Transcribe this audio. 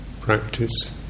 practice